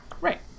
Right